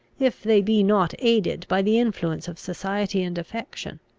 if they be not aided by the influence of society and affection.